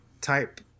type